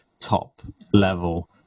top-level